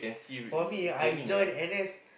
for me I join N_S